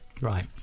Right